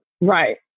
Right